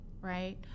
right